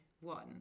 one